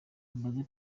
mbaze